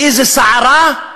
וסערה,